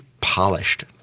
polished